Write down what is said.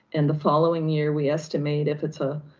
and the following year, we estimate if it's a,